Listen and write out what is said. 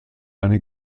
eine